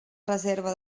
reserva